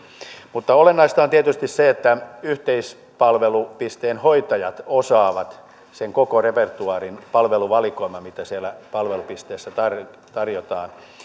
mutta olennaista on tietysti se että yhteispalvelupisteen hoitajat osaavat sen koko repertoaarin palveluvalikoiman mitä siellä palvelupisteessä tarjotaan tarjotaan